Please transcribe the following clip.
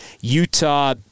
Utah